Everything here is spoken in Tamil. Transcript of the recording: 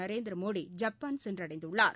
நரேந்திர மோடி ஜப்பான் சென்றடைந்துள்ளார்